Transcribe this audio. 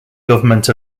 government